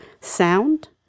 sound